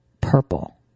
purple